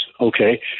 Okay